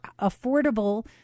affordable